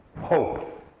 hope